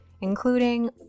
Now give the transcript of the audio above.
including